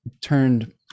turned